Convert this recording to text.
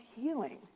healing